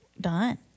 done